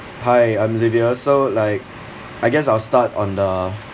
hi I'm xavier so like I guess I'll start on the